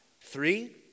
Three